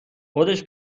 خودش